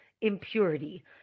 impurity